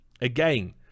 Again